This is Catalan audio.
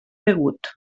begut